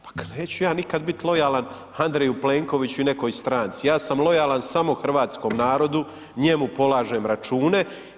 Pa neću ja nikada biti lojalan Andreju Plenkoviću i nekoj stranci, ja sam lojalan samo hrvatskom narodu, njemu polažem račune.